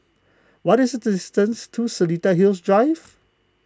what is the distance to Seletar Hills Drive